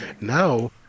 Now